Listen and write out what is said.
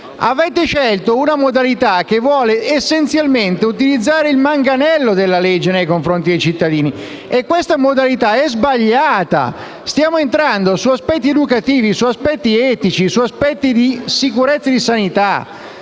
Avete scelto una modalità che vuole essenzialmente utilizzare il manganello della legge nei confronti dei cittadini e questa modalità è sbagliata. Stiamo entrando nel merito di aspetti educativi, etici, di sicurezza e di sanità.